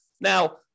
now